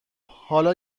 حالا